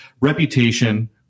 reputation